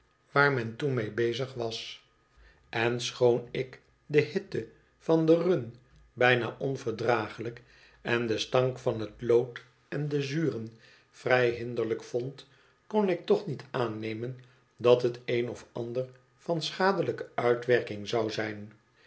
mon toen mee bezig was en schoon ik de hitte van de run bijna onverdraaglijk en de stank van het lood en de zuren vrij hinderlijk vond kon ik toch niet aannemen dat het een of bet ander van schadelijke uitwerking zou zijn